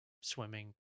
swimming